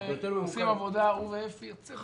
עושים עבודה, הוא ואפי יוצא מן הכלל.